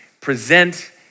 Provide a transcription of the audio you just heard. present